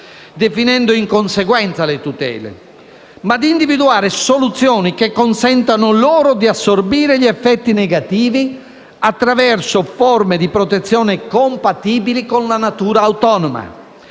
definendo in conseguenza le tutele, ma di individuare soluzioni che consentano loro di assorbire gli effetti negativi, attraverso forme di protezione compatibili con la natura autonoma,